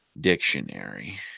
dictionary